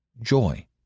joy